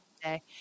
today